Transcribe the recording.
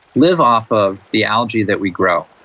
live off of the algae that we grow,